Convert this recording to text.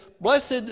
Blessed